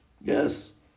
Yes